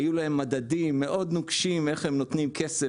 היו להם מדדים מאוד נוקשים לגבי איך הם נותנים כסף